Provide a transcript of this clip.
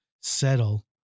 settle